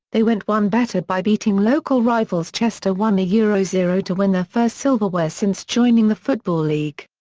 they went one better by beating local rivals chester one yeah zero zero to win their first silverware since joining the football league.